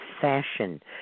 fashion